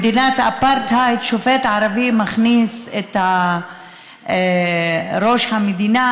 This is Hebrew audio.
במדינת אפרטהייד שופט ערבי מכניס את ראש המדינה,